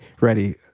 ready